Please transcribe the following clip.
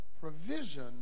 provision